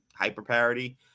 hyper-parity